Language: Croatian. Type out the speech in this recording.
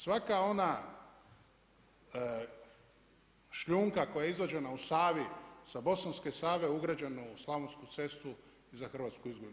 Svaka ona šljunka koja je izvađena u Savi, sa bosanske Save ugrađeno u slavonsku cestu, je za Hrvatsku izgubljen.